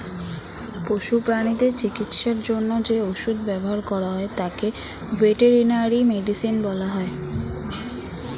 পশু প্রানীদের চিকিৎসার জন্য যে ওষুধ ব্যবহার করা হয় তাকে ভেটেরিনারি মেডিসিন বলা হয়